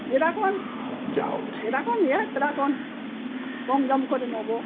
যেরকম যেরকম রেট সেরকম কম সম করে নেব